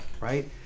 Right